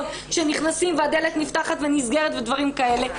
שנכנסים והדלת נפתחת ונסגרת ודברים כאלה,